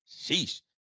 sheesh